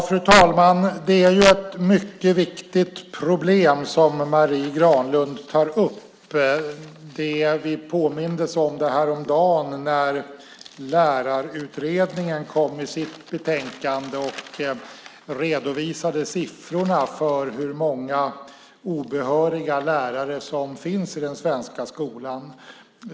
Fru talman! Det är ett mycket viktigt problem som Marie Granlund tar upp. Vi påmindes om det häromdagen, när Lärarutredningen kom med sitt betänkande och redovisade siffrorna för hur många obehöriga lärare som finns i den svenska skolan.